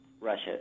Russia